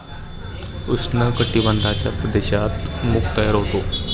उष्ण कटिबंधाच्या प्रदेशात मूग तयार होते